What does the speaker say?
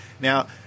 Now